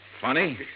Funny